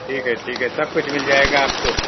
ٹھیک ہے ٹھیک ہے سب کچھ مل جائے گا آپ کو